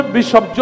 Bishop